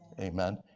Amen